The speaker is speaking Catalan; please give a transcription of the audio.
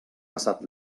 passat